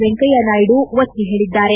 ವೆಂಕಯ್ಯನಾಯ್ಡ ಒತ್ತಿ ಹೇಳಿದ್ದಾರೆ